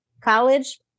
college